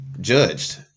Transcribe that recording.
judged